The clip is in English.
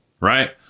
right